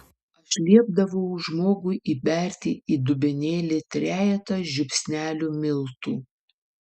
aš liepdavau žmogui įberti į dubenėlį trejetą žiupsnelių miltų